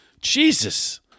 jesus